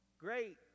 Great